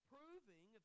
Proving